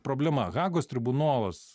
problema hagos tribunolas